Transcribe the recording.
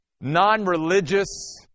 non-religious